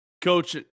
Coach